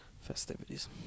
Festivities